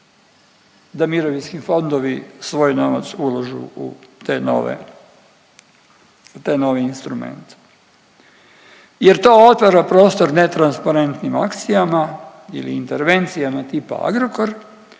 da mirovinski fondovi svoj novac ulažu u te nove, taj novi instrument. Jer to otvara prostor netransparentnim akcijama ili intervencijama tipa Agrokor